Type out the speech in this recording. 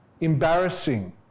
embarrassing